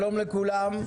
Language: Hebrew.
שלום לכולם.